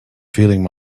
feeling